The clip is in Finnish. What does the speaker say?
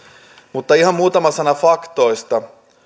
mutta ihan muutama sana faktoista